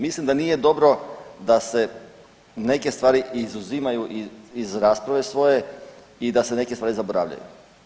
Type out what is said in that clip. Mislim da nije dobro da se neke stvari izuzimaju iz rasprave svoje i da se neke stvari zaboravljaju.